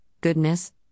goodness